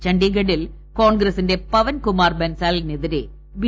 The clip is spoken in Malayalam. ഛണ്ഡീഗഡിൽ കോൺഗ്രസിന്റെ പവൻകുമാർ ബൻസാലിനെതിരെ ബി